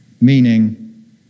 meaning